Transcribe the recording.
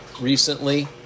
recently